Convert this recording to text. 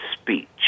speech